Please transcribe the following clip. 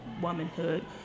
womanhood